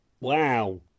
wow